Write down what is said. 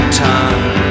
time